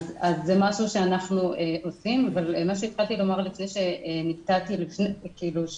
מה שהתחלתי לומר לפני שנקטעתי, זה